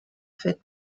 fête